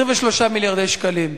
23 מיליארדי שקלים.